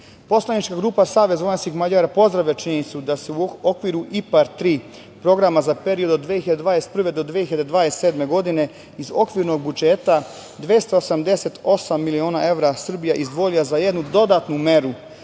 praksi. Poslanička grupa Savez vojvođanskih Mađara pozdravlja činjenicu da se u okviru IPARD 3 programa za period od 2021. do 2027. godine iz okvirnog budžeta 288 miliona evra Srbija je izdvojila za jednu dodatnu meru